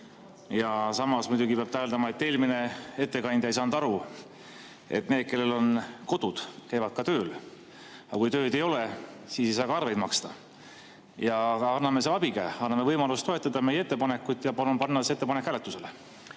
Samas muidugi peab täheldama, et eelmine ettekandja ei saa aru, et need, kellel on kodud, käivad ka tööl, aga kui tööd ei ole, siis ei saa ka arveid maksta. Aga anname siis abikäe, anname võimaluse toetada meie ettepanekut. Palun panna see ettepanek hääletusele.